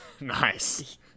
Nice